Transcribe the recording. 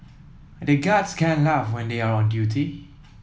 the guards can't laugh when they are on duty